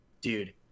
dude